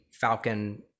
falcon